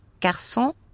Garçon